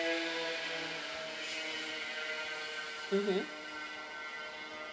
mmhmm